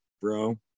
bro